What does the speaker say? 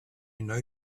know